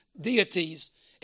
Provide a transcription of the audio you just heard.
deities